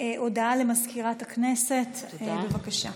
הודעה למזכירת הכנסת, בבקשה.